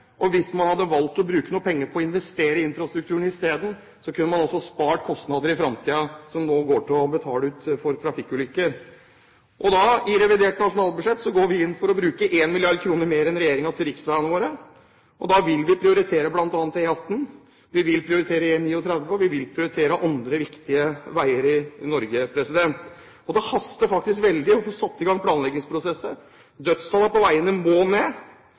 Hvis man i stedet hadde valgt å bruke penger på å investere i infrastrukturen, kunne man altså spart kostnader i fremtiden som nå går til å betale ut i forbindelse med trafikkulykker. I revidert nasjonalbudsjett går vi inn for å bruke 1 mrd. kr mer enn regjeringen til riksveiene våre. Da vil vi prioritere bl.a. E18, vi vil prioritere E39, og vi vil prioritere andre viktige veier i Norge. Det haster veldig med å få satt i gang planleggingsprosesser. Dødstallene på veiene må ned.